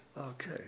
okay